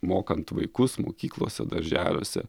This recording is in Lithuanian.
mokant vaikus mokyklose darželiuose